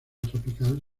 tropical